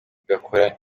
zigakora